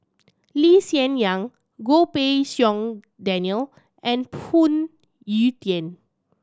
Lee Hsien Yang Goh Pei Siong Daniel and Phoon Yew Tien